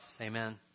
Amen